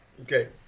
Okay